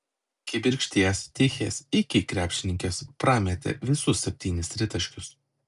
kibirkšties tichės iki krepšininkės prametė visus septynis tritaškius